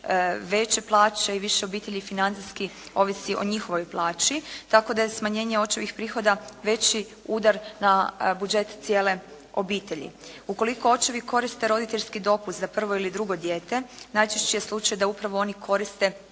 veće plaće i više obitelji financijski ovisi o njihovoj plaći, tako da je smanjenje očevih prihoda veći udar na budžet cijele obitelji. Ukoliko očevi koriste roditeljski dopust za prvo ili drugo dijete, najčešći je slučaj da upravo oni koriste